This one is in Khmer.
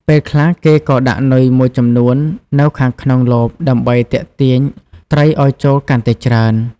ពេលខ្លះ គេក៏ដាក់នុយមួយចំនួននៅខាងក្នុងលបដើម្បីទាក់ទាញត្រីឲ្យចូលកាន់តែច្រើន។